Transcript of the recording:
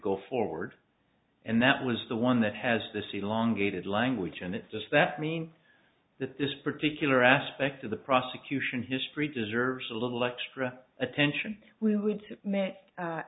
go forward and that was the one that has the sea long gated language and it does that mean that this particular aspect of the prosecution history deserves a little extra attention we w